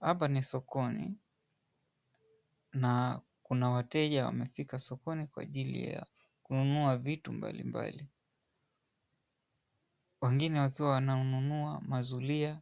Hapa ni sokoni, na kuna wateja wamefika sokoni kwa ajili ya kununua vitu mbalimbali, wengine wakiwa wanaonunua mazulia